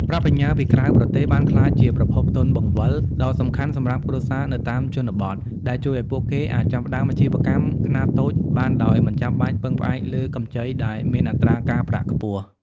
ប្រាក់បញ្ញើពីក្រៅប្រទេសបានក្លាយជាប្រភពទុនបង្វិលដ៏សំខាន់សម្រាប់គ្រួសារនៅតាមជនបទ ដែលជួយឱ្យពួកគេអាចចាប់ផ្ដើមអាជីវកម្មខ្នាតតូចបានដោយមិនចាំបាច់ពឹងផ្អែកលើកម្ចីដែលមានអត្រាការប្រាក់ខ្ពស់។